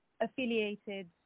affiliated